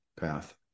path